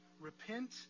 Repent